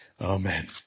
Amen